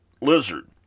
Lizard